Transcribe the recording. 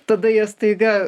tada jie staiga